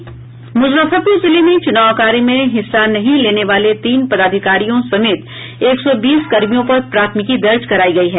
मुजफ्फरपुर जिले में चुनाव कार्य मे हिस्सा नहीं लेने वाले तीन पदाधिकारियों समेत एक सौ बीस कर्मियों पर प्राथमिकी दर्ज करायी गई है